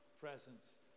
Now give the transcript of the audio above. presence